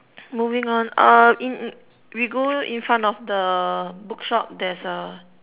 moving on uh in we go in front of the bookshop there's a